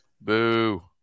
Boo